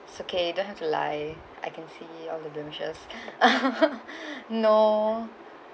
it's okay don't have to lie I can see all the blemishes no